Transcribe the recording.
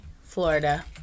Florida